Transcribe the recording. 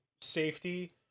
safety